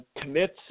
commits